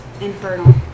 Infernal